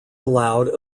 allowed